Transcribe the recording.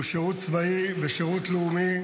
שהוא שירות צבאי ושירות לאומי,